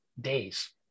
days